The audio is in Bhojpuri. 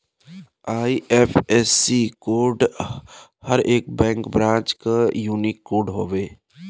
आइ.एफ.एस.सी कोड हर एक बैंक ब्रांच क यूनिक कोड हौ